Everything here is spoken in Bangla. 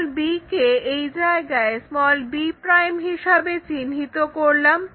b কে এই জায়গায় b' হিসাবে চিহ্নিত করলাম